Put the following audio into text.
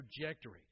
trajectory